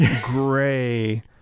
gray